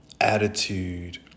attitude